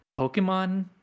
Pokemon